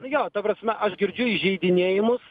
nu jo ta prasme aš girdžiu įžeidinėjimus